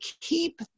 keep